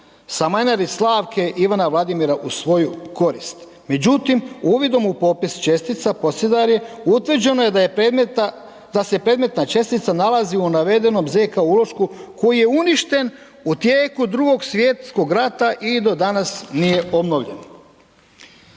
Samajnarić Slavke i Ivana Vladimira u svoju korist. Međutim, uvidom u popis čestica Posedarje utvrđeno je da se predmetna čestica nalazi u navedenom ZK ulošku koji je uništen u tijeku Drugog svjetskog rata i do danas nije obnovljen.